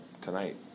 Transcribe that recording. tonight